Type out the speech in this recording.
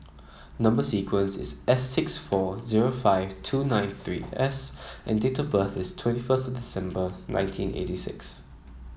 number sequence is S six four zero five two nine three S and date of birth is twenty first December nineteen eighty six